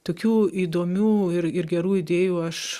tokių įdomių ir ir gerų idėjų aš